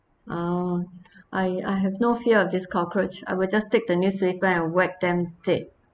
oh I I have no fear of this cockroach I will just take the newspaper and whack them take